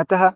अतः